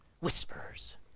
whispers